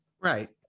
Right